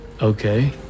Okay